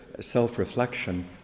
self-reflection